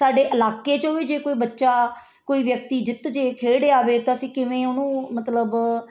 ਸਾਡੇ ਇਲਾਕੇ 'ਚੋਂ ਵੀ ਜੇ ਕੋਈ ਬੱਚਾ ਕੋਈ ਵਿਅਕਤੀ ਜਿੱਤ ਜੇ ਖੇਡ ਆਵੇ ਤਾਂ ਅਸੀਂ ਕਿਵੇਂ ਉਹਨੂੰ ਮਤਲਬ